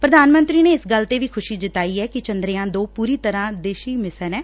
ਪ੍ਰਧਾਨ ਮੰਤਰੀ ਨੇ ਇਸ ਗੱਲ ਦੀ ਖੁਸ਼ੀ ਜਤਾਈ ਏ ਕਿ ਚੰਦਰਯਾਮ ਦੋ ਪੁਰੀ ਤਰ੍ਕਾਂ ਦੇਸ਼ੀ ਮਿਸ਼ਨ ਏ